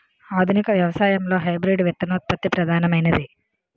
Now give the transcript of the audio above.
ఆధునిక వ్యవసాయంలో హైబ్రిడ్ విత్తనోత్పత్తి ప్రధానమైనది